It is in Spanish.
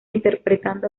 interpretando